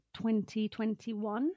2021